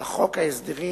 ההסדרים